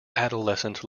adolescent